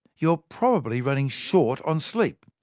you're probably running short on sleep.